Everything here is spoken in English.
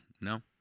No